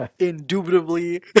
indubitably